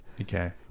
Okay